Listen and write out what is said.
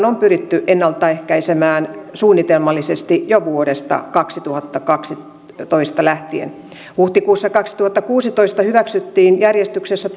on pyritty ennalta ehkäisemään suunnitelmallisesti jo vuodesta kaksituhattakaksitoista lähtien huhtikuussa kaksituhattakuusitoista hyväksyttiin järjestyksessä